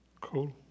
Cool